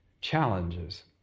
challenges